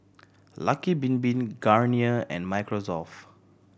Lucky Bin Bin Garnier and Microsoft